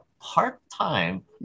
part-time